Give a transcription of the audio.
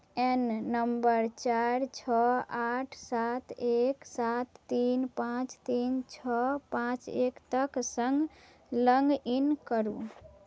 ए N number चारि छओ आठ सात एक सात तीन पाँच तीन छओ पाँच एक तक सङ्ग लॉगिन करू